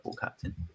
captain